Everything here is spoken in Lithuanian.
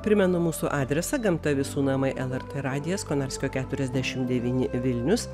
primenu mūsų adresą gamta visų namai lrt radijas konarskio keturiasdešim devyni vilnius